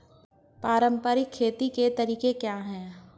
पारंपरिक खेती के तरीके क्या हैं?